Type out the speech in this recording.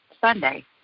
Sunday